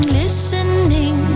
listening